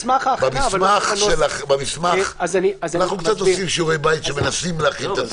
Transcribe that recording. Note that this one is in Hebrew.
אנחנו קצת עושים שיעורי בית ומנסים להכין את עצמנו.